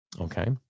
Okay